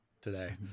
today